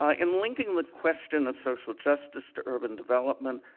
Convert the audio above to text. ah in linking the question of social justice to urban development,